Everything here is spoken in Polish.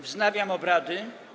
Wznawiam obrady.